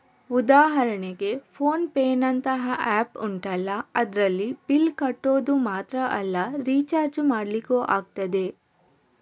ಉದಾಹರಣೆಗೆ ಫೋನ್ ಪೇನಂತಹ ಆಪ್ ಉಂಟಲ್ಲ ಅದ್ರಲ್ಲಿ ಬಿಲ್ಲ್ ಕಟ್ಟೋದು ಮಾತ್ರ ಅಲ್ಲ ರಿಚಾರ್ಜ್ ಮಾಡ್ಲಿಕ್ಕೂ ಆಗ್ತದೆ